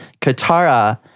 Katara